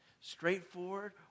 straightforward